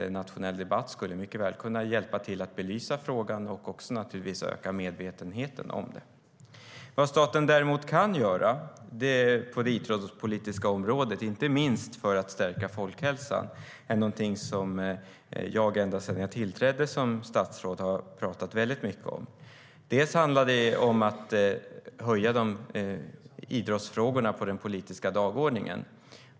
En nationell debatt skulle mycket väl kunna hjälpa till att belysa frågan och öka medvetenheten om den. Idrottsfrågorna måste höjas på den politiska dagordningen.